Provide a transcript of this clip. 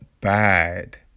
bad